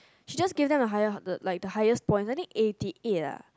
she just gave them a higher the like the highest point I think eighty eight ah